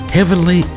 Heavenly